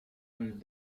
and